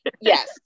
Yes